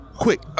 quick